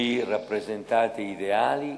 אתם מייצגים אידיאלים